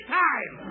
time